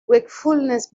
wakefulness